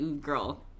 girl